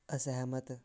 असैह्मत